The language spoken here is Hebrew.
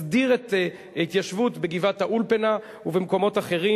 שתסדיר את ההתיישבות בגבעת-האולפנה ובמקומות אחרים,